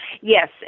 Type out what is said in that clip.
Yes